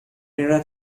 nella